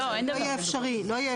לא יהיה אפשרי.